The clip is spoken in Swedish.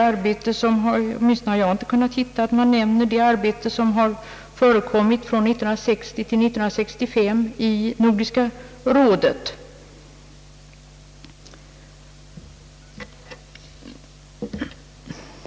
Åtminstone har jag inte kunnat hitta att man där nämner det arbete som utförts från 1960 till 1965 i Nordiska rådet.